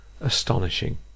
Astonishing